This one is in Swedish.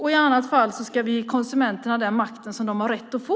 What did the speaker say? I annat fall ska vi ge konsumenterna den makt som de har rätt att få.